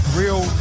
real